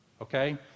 Okay